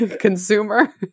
consumer